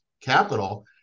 capital